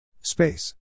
Space